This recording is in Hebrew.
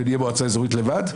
ונהיה מועצה אזורית לבד,